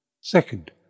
Second